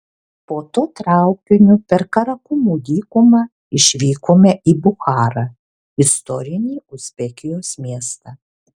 po to traukiniu per karakumų dykumą išvykome į bucharą istorinį uzbekijos miestą